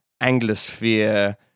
Anglosphere